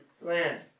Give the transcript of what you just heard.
land